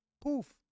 Poof